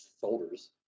shoulders